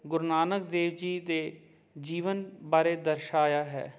ਗੁਰੂ ਨਾਨਕ ਦੇਵ ਜੀ ਦੇ ਜੀਵਨ ਬਾਰੇ ਦਰਸ਼ਾਇਆ ਹੈ